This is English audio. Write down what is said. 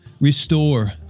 Restore